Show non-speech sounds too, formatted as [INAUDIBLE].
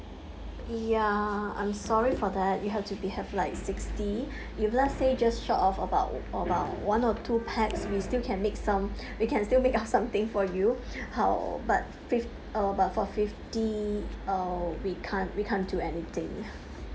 ya I'm sorry for that you have to be have like sixty [BREATH] if let's say just short of about about one or two pax we still can make some [BREATH] we can still make up something for you [BREATH] how but fif~ uh but for fifty uh we can't we can't do anything